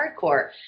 Hardcore